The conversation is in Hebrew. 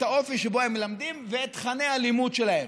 האופי שבו הם מלמדים ואת תוכני הלימוד שלהם.